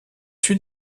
suit